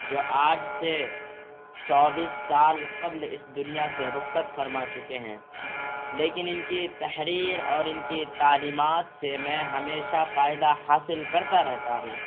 جو آج سے چوبیس سال قبل اس دنیا سے رخصت فرما چکے ہیں لیکن ان کی تحریر اور ان کی تعلیمات سے میں ہمیشہ فائدہ حاصل کرتا رہتا ہوں